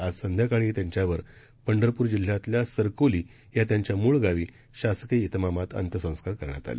आज सायंकाळी त्यांच्यावर पंढरपूर जिल्ह्यातल्या सरकोली या त्यांच्या मूळ गावी शासकीय इतमामात अंत्यसंस्कार करण्यात आले